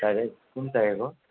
कुन चाहिएको